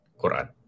Quran